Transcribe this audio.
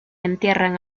entierran